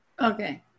Okay